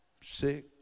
sick